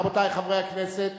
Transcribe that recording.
רבותי חברי הכנסת,